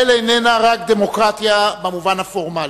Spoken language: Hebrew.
רבותי השרים, אדוני סגן ראש הממשלה,